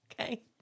Okay